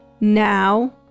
Now